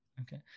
Okay